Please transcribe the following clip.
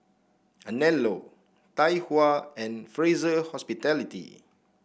Anello Tai Hua and Fraser Hospitality